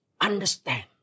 Understand